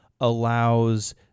allows